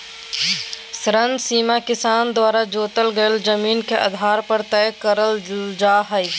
ऋण सीमा किसान द्वारा जोतल गेल जमीन के आधार पर तय करल जा हई